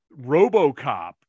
RoboCop